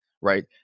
right